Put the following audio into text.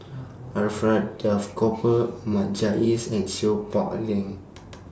Alfred Duff Cooper Ahmad Jais and Seow Peck A Leng